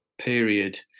period